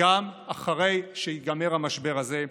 גם אחרי שייגמר המשבר הזה.